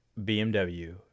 bmw